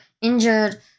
injured